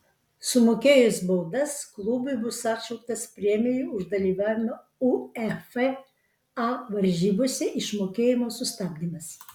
sumokėjus baudas klubui bus atšauktas premijų už dalyvavimą uefa varžybose išmokėjimo sustabdymas